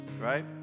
Right